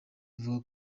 avuga